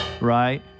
Right